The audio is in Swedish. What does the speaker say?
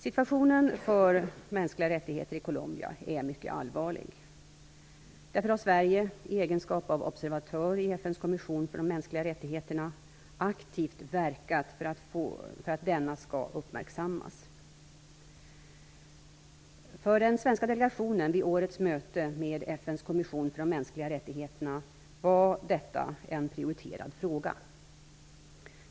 Situationen för mänskliga rättigheter i Colombia är mycket allvarlig. Därför har Sverige, i egenskap av observatör i FN:s kommission för de mänskliga rättigheterna, aktivt verkat för att denna skall uppmärksammas. FN:s kommission för de mänskliga rättigheterna var detta en prioriterad fråga.